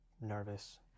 Nervous